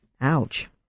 Ouch